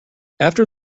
after